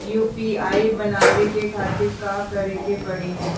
UPI बनावे के खातिर का करे के पड़ी?